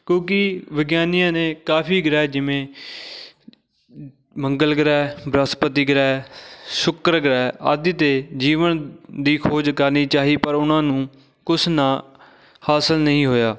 ਕਿਉਂਕਿ ਵਿਗਿਆਨੀਆਂ ਨੇ ਕਾਫੀ ਗ੍ਰਹਿ ਜਿਵੇਂ ਮ ਮੰਗਲ ਗ੍ਰਹਿ ਬ੍ਰਹਿਸਪਤੀ ਗ੍ਰਹਿ ਸ਼ੁੱਕਰ ਗ੍ਰਹਿ ਆਦਿ 'ਤੇ ਜੀਵਨ ਦੀ ਖੋਜ ਕਰਨੀ ਚਾਹੀ ਪਰ ਉਹਨਾਂ ਨੂੰ ਕੁਛ ਨਾ ਹਾਸਿਲ ਨਹੀਂ ਹੋਇਆ